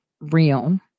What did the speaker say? real